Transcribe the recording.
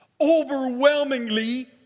overwhelmingly